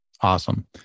Awesome